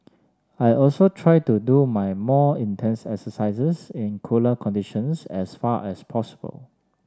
I also try to do my more intense exercises in cooler conditions as far as possible